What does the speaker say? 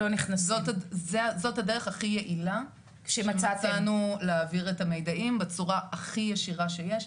זאת הדרך הכי יעילה שמצאנו להעביר את המידעים בצורה הכי ישירה שיש.